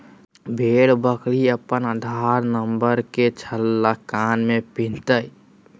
भेड़ बकरी अपन आधार नंबर के छल्ला कान में पिन्हतय